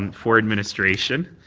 and for administration.